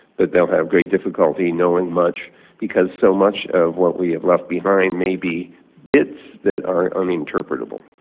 but they will have great difficulty knowing much because so much of what we have left behind may be bits that are uninterpretable.